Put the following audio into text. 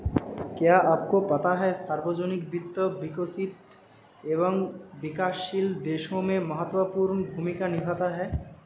क्या आपको पता है सार्वजनिक वित्त, विकसित एवं विकासशील देशों में महत्वपूर्ण भूमिका निभाता है?